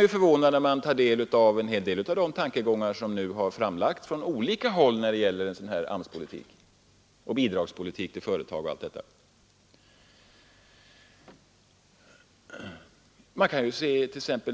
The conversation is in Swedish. är det förvånande att ta del av en hel del av de tankegångar som har framförts från olika håll när det gäller AMS-politiken med bidrag till företag osv.